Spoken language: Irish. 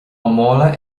mála